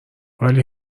ولی